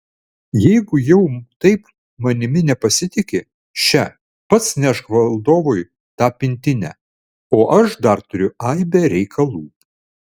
jeigu jau taip manimi nepasitiki še pats nešk valdovui tą pintinę o aš dar turiu aibę reikalų